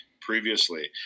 previously